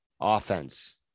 offense